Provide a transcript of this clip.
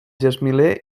gesmiler